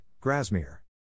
Grasmere